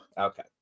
Okay